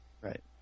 Right